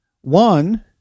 One